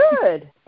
Good